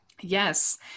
Yes